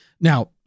Now